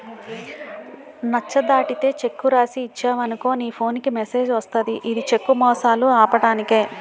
నచ్చ దాటితే చెక్కు రాసి ఇచ్చేవనుకో నీ ఫోన్ కి మెసేజ్ వస్తది ఇది చెక్కు మోసాలు ఆపడానికే